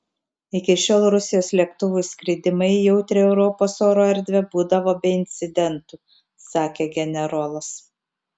iki šiol rusijos lėktuvų įskridimai į jautrią europos oro erdvę būdavo be incidentų sakė generolas